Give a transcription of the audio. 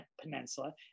peninsula